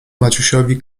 maciusiowi